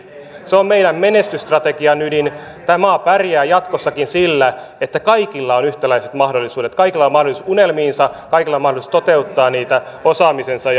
se on meidän menestysstrategiamme ydin tämä maa pärjää jatkossakin sillä että kaikilla on yhtäläiset mahdollisuudet kaikilla on mahdollisuudet unelmiinsa kaikilla on mahdollisuus toteuttaa niitä osaamisensa